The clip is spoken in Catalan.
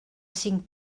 cinc